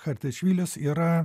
chartešvilis yra